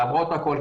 למרות הכול,